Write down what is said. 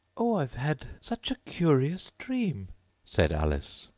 oh, i've had such a curious dream said alice,